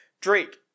Drake